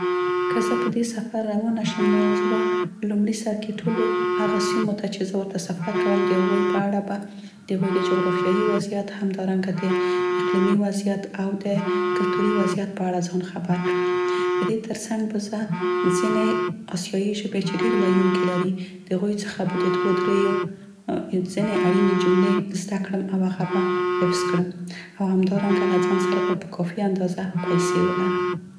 که زه په دې سفر روانه شم نو زه به په لومړي سر کې ټولو هغه سیمو ته چې زه ورته سفر کوم، د هغوی په اړه به، د هغوی د جغرافیايي وضعیت، همدارنګه د اقلیمي وضعیت او د کلتوري وضعیت په اړه ځان خبر کړم. د دې تر څنګ به زه ځينې اسیايي ژبې چې ډیر ویوونکي لري د هغوی څخه به د دوو دریو ځینې اړینې جملې زده کړم او هغه به حفظ کړم، او همدارنګه له ځان سره به په کافي اندازه پیسې ولرم.